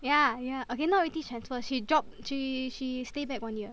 yeah yeah okay not really transfer she drop she she stay back one year